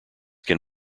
can